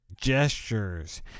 gestures